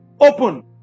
open